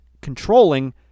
controlling